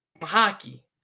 Hockey